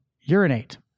urinate